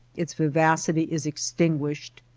its vivacity is extinguished,